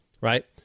right